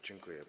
Dziękuję.